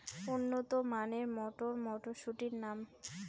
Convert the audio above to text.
উন্নত মানের মটর মটরশুটির নাম?